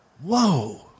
whoa